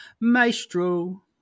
Maestro